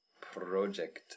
Project